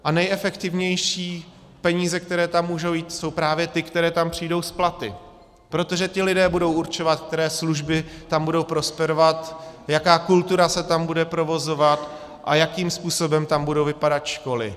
A nejefektivnější peníze, které tam můžou jít, jsou právě ty, které tam přijdou s platy, protože ti lidé budou určovat, které služby tam budou prosperovat, jaká kultura se tam bude provozovat a jakým způsobem tam budou vypadat školy.